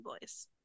boys